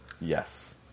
yes